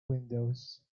windows